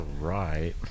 right